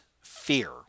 fear